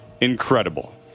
incredible